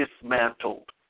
dismantled